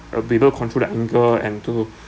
uh be able control their anger and to